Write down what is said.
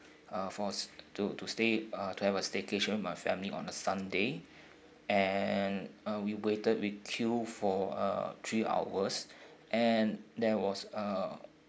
uh for to to stay uh to have a staycation with my family on a sunday and uh we waited we queue for uh three hours and there was uh